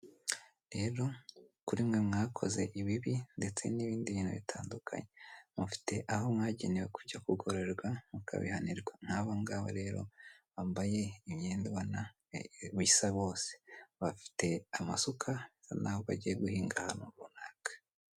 Rero kuri mwe mwakoze ibibi ndetse n'ibindi bintu bitandukanye, mufite aho mwagenewe kujya kugororerwa mukabihanirwa, n'abangaba rero bambaye imyenda ibisa bose bafite amasuka basa n'aho bagiye guhinga ahantu runaka.